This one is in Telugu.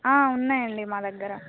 ఆ ఉన్నాయండి మా దగ్గర